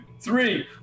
three